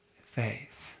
Faith